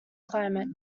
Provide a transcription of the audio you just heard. climate